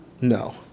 no